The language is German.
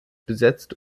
besetzt